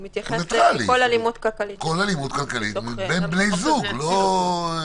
הוא מתייחס לכל אלימות כלכלית בתוך תא משפחתי.